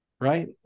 Right